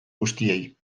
guztiei